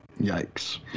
Yikes